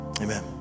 amen